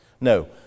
No